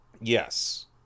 yes